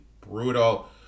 brutal